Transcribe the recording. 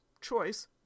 choice